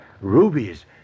Rubies